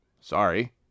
sorry